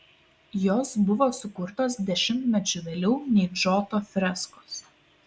jos buvo sukurtos dešimtmečiu vėliau nei džoto freskos